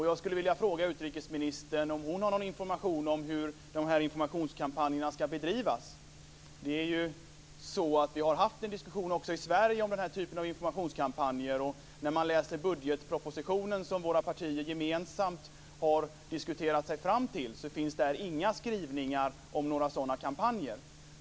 Jag skulle vilja fråga utrikesministern om hon har någon information om hur informationskampanjerna ska bedrivas. Vi har haft en diskussion i Sverige om den typen av informationskampanjer. I budgetpropositionen - som våra partier gemensamt har diskuterat sig fram till - finns inga skrivningar om sådana kampanjer.